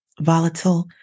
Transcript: volatile